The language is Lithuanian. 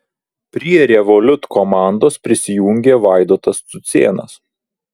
prie revolut komandos prisijungė vaidotas cucėnas